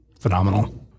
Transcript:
phenomenal